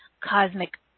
cosmic